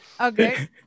Okay